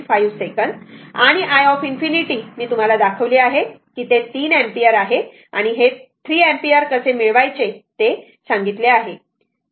5 second आणि i ∞ मी तुम्हाला दाखवले आहे की ते 3 एम्पिअर आहे आणि हे 3 एम्पिअर कसे मिळवायचे बरोबर